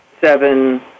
seven